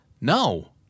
No